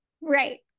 Right